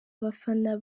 abafana